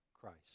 Christ